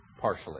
partially